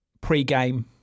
pre-game